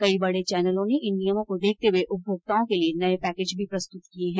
कई बड़े चैनलों ने इन नियमों को देखते हुए उपभोक्ताओं के लिये नये पैकेज भी प्रस्तुत किये है